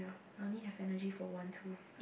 ya I only have energy for one two